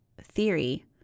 theory